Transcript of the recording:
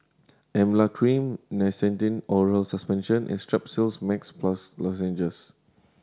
Emla Cream Nystatin Oral Suspension and Strepsils Max Plus Lozenges